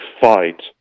fight